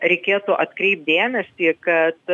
reikėtų atkreipt dėmesį kad